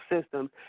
system